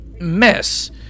mess